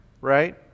Right